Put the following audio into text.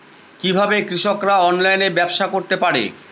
কিভাবে কৃষকরা অনলাইনে ব্যবসা করতে পারে?